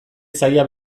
zaila